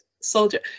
soldier